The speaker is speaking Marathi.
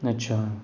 अच्छा